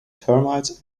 termites